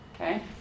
Okay